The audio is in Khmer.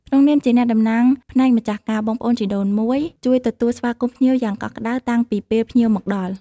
ក្នុងនាមជាអ្នកតំណាងផ្នែកម្ចាស់ការ បងប្អូនជីដូនមួយជួយ ទទួលស្វាគមន៍ភ្ញៀវ យ៉ាងកក់ក្តៅតាំងពីពេលភ្ញៀវមកដល់។